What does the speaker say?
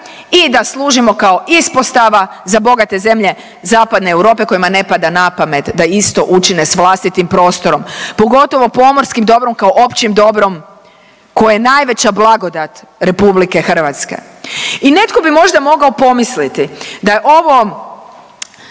i da služimo kao ispostava za bogate zemlje zapadne Europe kojima ne pada napamet da isto učine s vlastitim prostorom pogotovo pomorskim dobrom kao općim dobrom koje je najveća blagodat RH. I netko bi možda mogao pomisliti da je ovo